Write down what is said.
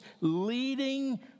leading